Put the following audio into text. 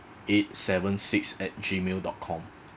eight seven six at gmail dot com